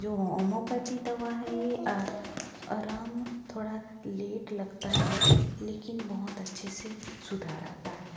जो है होमोपैथी दवा है ये आराम थोड़ा लेट लगता है लेकिन बहुत अच्छे से सुधार आता है